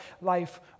life